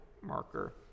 marker